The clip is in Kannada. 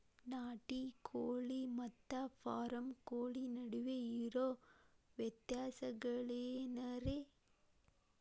ನಾಟಿ ಕೋಳಿ ಮತ್ತ ಫಾರಂ ಕೋಳಿ ನಡುವೆ ಇರೋ ವ್ಯತ್ಯಾಸಗಳೇನರೇ?